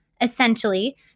Essentially